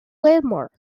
landmark